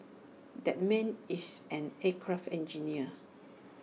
that man is an aircraft engineer